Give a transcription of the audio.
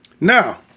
Now